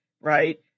right